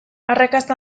arrakasta